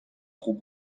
خوب